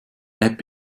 app